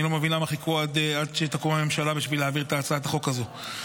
אני לא מבין למה חיכו עד שתקום הממשלה בשביל להעביר את הצעת החוק הזאת.